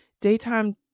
daytime